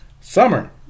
Summer